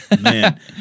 Man